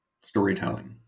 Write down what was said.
storytelling